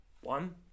one